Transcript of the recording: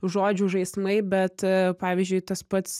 žodžių žaismai bet pavyzdžiui tas pats